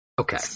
Okay